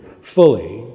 fully